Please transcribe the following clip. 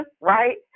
right